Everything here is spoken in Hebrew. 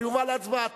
אבל יובא להצבעה.